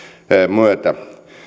myötä